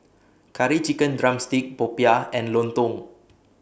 Curry Chicken Drumstick Popiah and Lontong